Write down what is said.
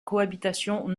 cohabitation